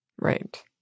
Right